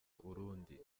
urundi